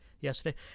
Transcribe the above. yesterday